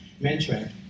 mentoring